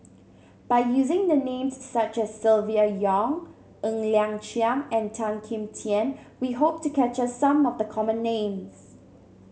by using the names such as Silvia Yong Ng Liang Chiang and Tan Kim Tian we hope to capture some of the common names